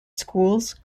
schools